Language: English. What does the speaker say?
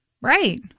Right